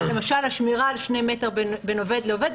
למשל, המשירה על שני מטר בין עובד לעובד.